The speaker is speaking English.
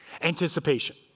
anticipation